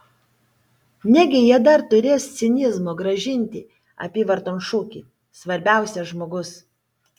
negi jie dar turės cinizmo grąžinti apyvarton šūkį svarbiausia žmogus